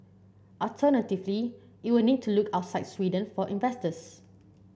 alternatively it will need to look outside Sweden for investors